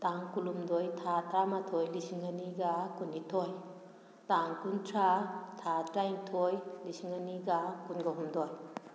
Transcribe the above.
ꯇꯥꯡ ꯀꯨꯟꯍꯨꯝꯗꯣꯏ ꯊꯥ ꯇꯔꯥꯃꯥꯊꯣꯏ ꯂꯤꯁꯤꯡ ꯑꯅꯤꯒ ꯀꯨꯟꯅꯤꯊꯣꯏ ꯇꯥꯡ ꯀꯨꯟꯊ꯭ꯔꯥ ꯊꯥ ꯇꯔꯥꯅꯤꯊꯣꯏ ꯂꯤꯁꯤꯡ ꯑꯅꯤꯒ ꯀꯨꯟꯒ ꯍꯨꯝꯗꯣꯏ